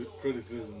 criticism